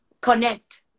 connect